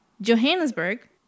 Johannesburg